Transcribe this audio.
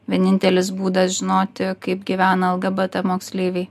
vienintelis būdas žinoti kaip gyvena lgbt moksleiviai